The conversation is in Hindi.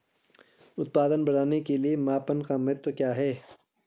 उत्पादन बढ़ाने के मापन का महत्व क्या है?